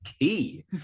key